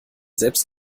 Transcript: selbst